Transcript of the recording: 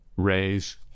raise